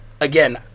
Again